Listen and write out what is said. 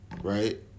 Right